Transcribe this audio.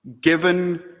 given